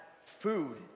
food